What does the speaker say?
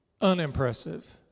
unimpressive